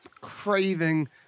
craving